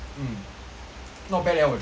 not bad eh 我觉得